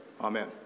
Amen